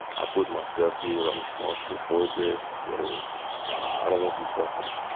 i put myself here. i'm responsible for this so i don't want you suffering